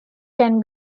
can